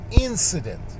incident